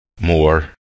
more